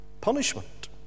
Punishment